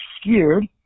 scared